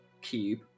cube